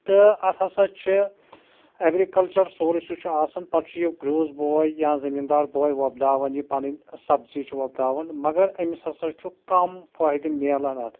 تہٕ اَتھ ہَسا چھِ اٮ۪گرِکَلچَر سورٕس یُس چھُ آسان پَتہٕ چھُ یہِ گرٛوٗس بوے یا زٔمیٖندار بوے وۄپداوان یہِ پَنٕنۍ سبزی چھِ وۄپداوان مگر أمِس ہَسا چھُ کَم فٲیدٕ مِلان اَتھ